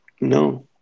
No